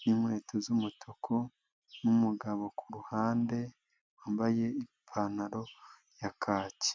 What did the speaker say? ninkweto z'umutuku n'umugabo kuruhande wambaye ipantaro ya kaki.